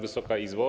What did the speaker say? Wysoka Izbo!